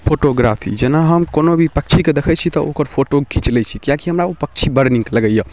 photography जेना हम कोनो भी पक्षीके देखै छी तऽ ओकर फोटो खीँचि लै छी किएकि हमरा ओ पक्षी बड़ नीक लगैए